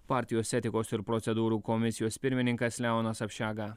partijos etikos ir procedūrų komisijos pirmininkas leonas apšega